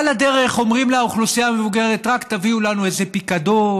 על הדרך אומרים לאוכלוסייה המבוגרת: רק תביאו לנו איזה פיקדון,